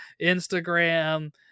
Instagram